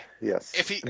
yes